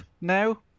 now